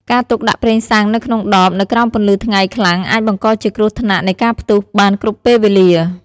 ការទុកដាក់ប្រេងសាំងនៅក្នុងដបនៅក្រោមពន្លឺថ្ងៃខ្លាំងអាចបង្កជាគ្រោះថ្នាក់នៃការផ្ទុះបានគ្រប់ពេលវេលា។